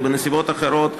או בנסיבות אחרות,